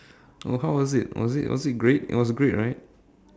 oh how was it was it was it great it was great right